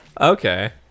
Okay